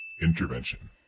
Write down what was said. Intervention